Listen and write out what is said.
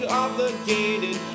obligated